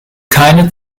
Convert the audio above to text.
keine